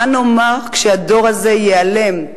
מה נאמר כשהדור הזה ייעלם?